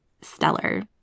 stellar